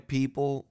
people